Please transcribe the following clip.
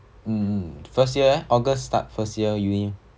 mm mm first year eh august start first year uni